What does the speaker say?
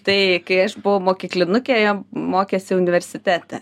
tai kai aš buvau mokyklinukė jie mokėsi universitete